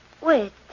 Wait